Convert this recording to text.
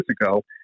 ago